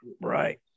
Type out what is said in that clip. Right